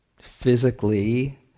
physically